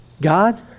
God